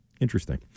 Interesting